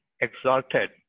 exalted